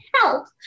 help